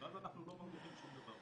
ואז אנחנו לא מרוויחים שום דבר.